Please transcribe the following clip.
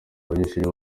abanyeshuri